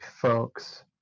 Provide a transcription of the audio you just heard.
folks